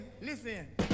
Listen